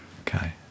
okay